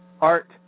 Art